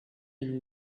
and